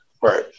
Right